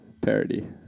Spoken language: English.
parody